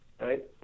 right